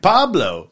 Pablo